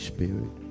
Spirit